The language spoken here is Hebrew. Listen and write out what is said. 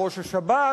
ראש השב"כ,